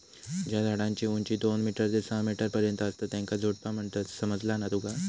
ज्या झाडांची उंची दोन मीटर ते सहा मीटर पर्यंत असता त्येंका झुडपा म्हणतत, समझला ना तुका?